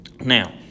Now